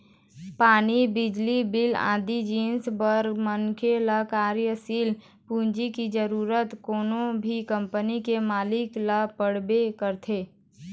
पानी, बिजली बिल आदि जिनिस बर मनखे ल कार्यसील पूंजी के जरुरत कोनो भी कंपनी के मालिक ल पड़बे करथे